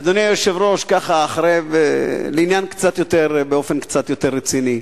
אדוני היושב-ראש, לעניין קצת יותר רציני,